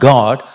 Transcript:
God